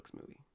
movie